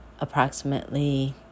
Approximately